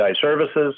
Services